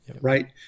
Right